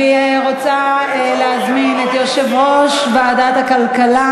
אני רוצה להזמין את יושב-ראש ועדת הכלכלה,